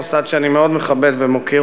מוסד שאני מאוד מכבד ומוקיר.